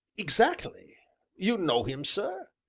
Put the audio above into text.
exactly you know him, sir?